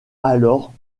alors